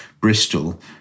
Bristol